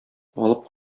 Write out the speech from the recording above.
алып